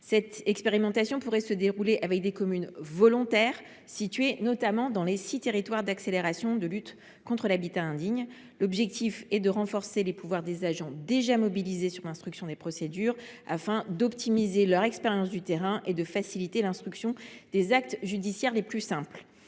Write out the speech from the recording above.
Cette expérimentation pourrait se dérouler dans les communes volontaires, situées dans les six territoires d’accélération de lutte contre l’habitat indigne. L’objectif est de renforcer les pouvoirs des agents déjà mobilisés pour l’instruction des procédures, afin d’optimiser leur expérience du terrain et de faciliter l’instruction des actes judiciaires les plus simples